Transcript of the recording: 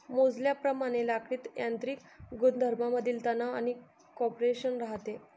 मोजल्याप्रमाणे लाकडीत यांत्रिक गुणधर्मांमधील तणाव आणि कॉम्प्रेशन राहते